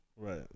right